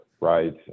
right